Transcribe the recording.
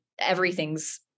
everything's